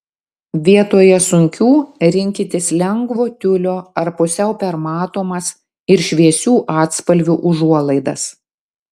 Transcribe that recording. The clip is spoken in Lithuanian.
vietoje sunkių rinkitės lengvo tiulio ar pusiau permatomas ir šviesių atspalvių užuolaidas